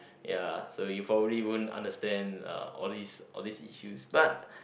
ya so you probably won't understand uh all these all these issues but